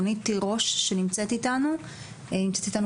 רונית תירוש שנמצאת איתנו בזום.